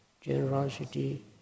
generosity